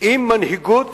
עם מנהיגות